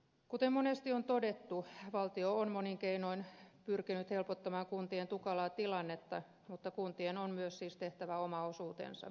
kuten monesti on todettu valtio on monin keinoin pyrkinyt helpottamaan kuntien tukalaa tilannetta mutta kuntien on myös siis tehtävä oma osuutensa